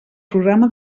programa